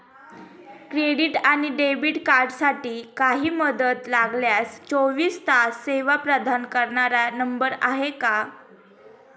Credit आणि debit कार्डसाठी काही मदत लागल्यास चोवीस तास सेवा प्रदान करणारा नंबर आहे का?